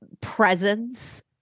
presence